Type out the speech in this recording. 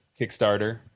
Kickstarter